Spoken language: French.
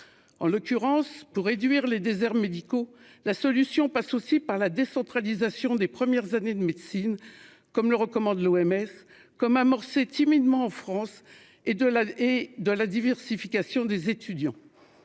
En l'occurrence pour réduire les déserts médicaux. La solution passe aussi par la décentralisation des premières années de médecine comme le recommande l'OMS comme amorcé timidement en France et de la et de la diversification des étudiants.